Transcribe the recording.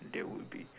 there would be